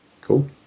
Cool